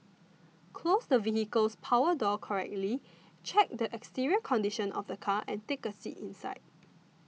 close the vehicle's power door correctly check the exterior condition of the car ans take a seat inside